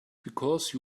because